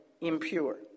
impure